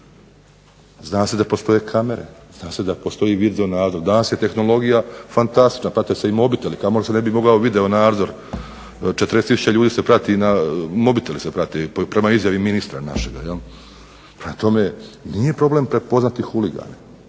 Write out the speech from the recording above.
Zna se da postoje kamere, zna se da postoji videonadzor. Danas je tehnologija fantastična, pa tu su i mobiteli, a kamo li ne video nadzor, 40 tisuća ljudi se prati mobiteli se prate prema izjavama našeg ministra. Prema tome, nije prepoznati huligane,